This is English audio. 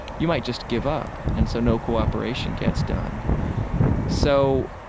you might just give up and so no cooperation gets done so,